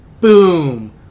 boom